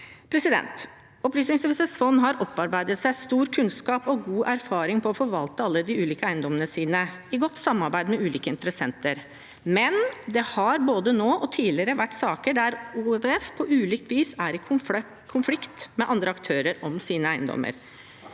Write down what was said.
merknad. Opplysningsvesenets fond har opparbeidet seg stor kunnskap om og god erfaring med å forvalte alle de ulike eiendommene sine i godt samarbeid med ulike interessenter. Men det har både nå og tidligere vært saker der OVF på ulikt vis har vært i konflikt med andre aktører om sine eiendommer,